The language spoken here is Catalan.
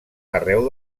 arreu